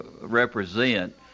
represent